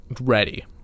Ready